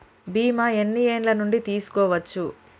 బీమా ఎన్ని ఏండ్ల నుండి తీసుకోవచ్చు?